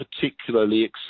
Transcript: particularly